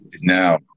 now